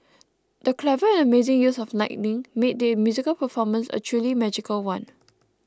the clever and amazing use of lighting made the musical performance a truly magical one